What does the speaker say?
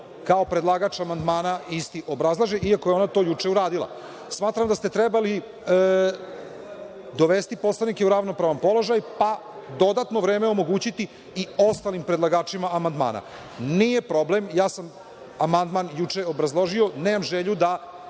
kao predlagač amandmana isti obrazlaže, iako je ona to juče uradila. Smatram da ste trebali dovesti poslanike u ravnopravan položaj, pa dodatno vreme omogućiti i ostalim predlagačima amandmana. Nije problem, ja sam amandman juče obrazložio. Nemam želju da